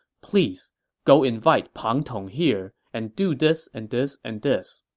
please go invite pang tong here and do this and this and this.